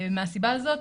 מהסיבה הזאת,